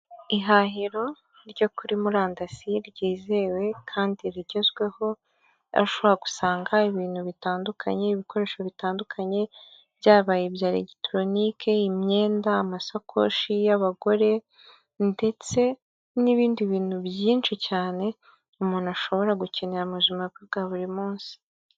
Ihahiro ryo kuri murandasi ryizewe kandi rigezweho, aho ashobora usanga ibintu bitandukanye, ibikoresho bitandukanye, byaba ibya erekitoronike, imyenda, amasakoshi y'abagore, ndetse n'ibindi bintu byinshi cyane umuntu ashobora gukenera muzima bwe bwa buri munsi.